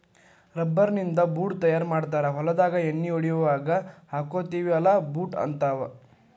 rubber ನಿಂದ boot ತಯಾರ ಮಾಡ್ತಾರ ಹೊಲದಾಗ ಎಣ್ಣಿ ಹೊಡಿಯುವಾಗ ಹಾಕ್ಕೊತೆವಿ ಅಲಾ ಬೂಟ ಹಂತಾವ